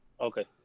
Okay